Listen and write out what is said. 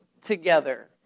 together